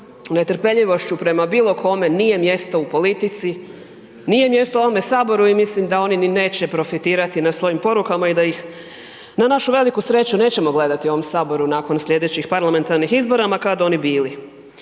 netrpeljivošću prema bilo kome, nije mjesto u politici, nije mjesto u ovom Saboru i mislim da oni ni neće profitirati na svojim porukama i da ih na našu veliku sreću nećemo gledati u ovom Saboru nakon slijedećih parlamentarnih izbora ma kad oni bili.